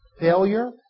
Failure